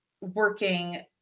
working